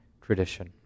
tradition